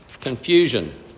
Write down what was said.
confusion